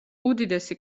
უდიდესი